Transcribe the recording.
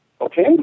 Okay